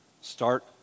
Start